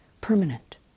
permanent